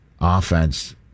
offense